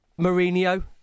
Mourinho